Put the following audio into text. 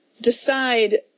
decide